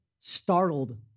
startled